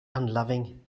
unloving